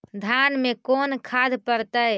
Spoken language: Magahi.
धान मे कोन खाद पड़तै?